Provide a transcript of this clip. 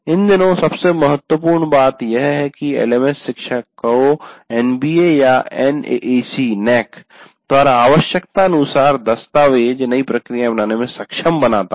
इन दिनों सबसे महत्वपूर्ण बात यह है कि एलएमएस शिक्षक को एनबीए या एनएएसी द्वारा आवश्यकतानुसार दस्तावेज नई प्रक्रियाएं बनाने में सक्षम बनाता है